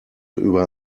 über